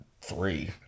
Three